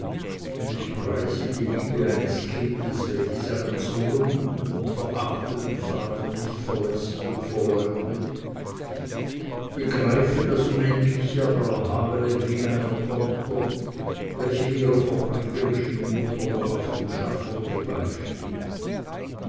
und ich preise die liebe eines kindes welches einen zerlumpten und verachteten vater nicht verläßt und verleugnet und begreife das unendliche aber erhabene weh einer tochter welche ihrer verbrecherischen mutter noch auf dem schafotte beisteht